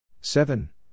Seven